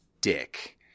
dick